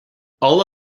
all